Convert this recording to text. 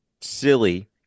silly